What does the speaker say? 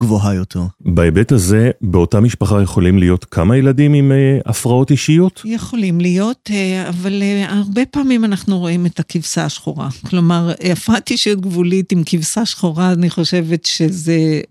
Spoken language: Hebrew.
בהיבט הזה באותה משפחה יכולים להיות כמה ילדים עם הפרעות אישיות? יכולים להיות אבל הרבה פעמים אנחנו רואים את הכבשה השחורה. כלומר, הפרעת אישיות גבולית עם כבשה שחורה, אני חושבת שזה